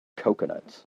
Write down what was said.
coconuts